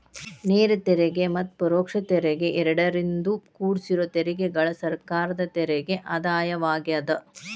ನೇರ ತೆರಿಗೆ ಮತ್ತ ಪರೋಕ್ಷ ತೆರಿಗೆ ಎರಡರಿಂದೂ ಕುಡ್ಸಿರೋ ತೆರಿಗೆಗಳ ಸರ್ಕಾರದ ತೆರಿಗೆ ಆದಾಯವಾಗ್ಯಾದ